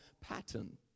pattern